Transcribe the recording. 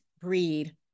breed